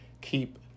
keep